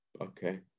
Okay